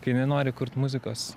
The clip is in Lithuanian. kai nenori kurt muzikos